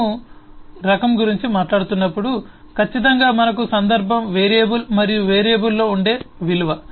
మనము రకం గురించి మాట్లాడుతున్నప్పుడు ఖచ్చితంగా మనకు సందర్భం వేరియబుల్ మరియు వేరియబుల్లో ఉండే విలువ